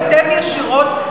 ומתכתב ישירות.